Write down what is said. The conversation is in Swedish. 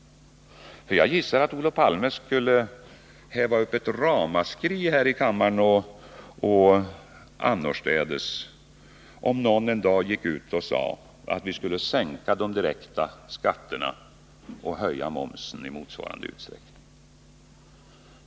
Jag gissar att Olof Palme skulle häva upp ett ramaskri här i kammaren och annorstädes, om någon en dag gick ut och sade att vi skulle sänka de direkta skatterna och höja momsen i motsvarande utsträckning.